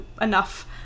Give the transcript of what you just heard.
enough